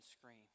screen